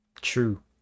true